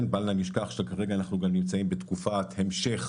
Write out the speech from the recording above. בל נשכח שכרגע אנחנו נמצאים בתקופת המשך